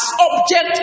object